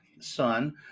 son